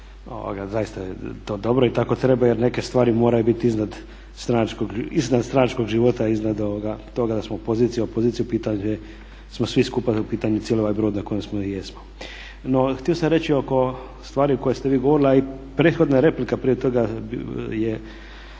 Zaista je to dobro i tako treba jer neke stvari moraju biti iznad stranačkog života, iznad toga da smo pozicija opoziciju … smo svi skupa u pitanju cijeli ovaj brod na kojem smo i jesmo. No htio sam reći oko stvari o kojoj ste vi govorili, a i prethodna replika prije toga je